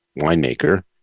winemaker